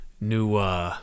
new